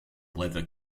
leather